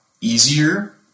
easier